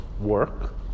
work